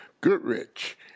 Goodrich